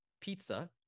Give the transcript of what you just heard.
pizza